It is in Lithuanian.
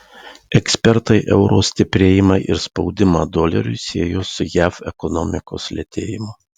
ekspertai euro stiprėjimą ir spaudimą doleriui siejo su jav ekonomikos lėtėjimu